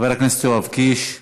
חבר הכנסת יואב קיש,